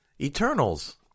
Eternals